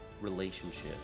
relationship